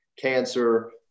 cancer